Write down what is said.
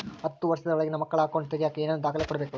ಹತ್ತುವಷ೯ದ ಒಳಗಿನ ಮಕ್ಕಳ ಅಕೌಂಟ್ ತಗಿಯಾಕ ಏನೇನು ದಾಖಲೆ ಕೊಡಬೇಕು?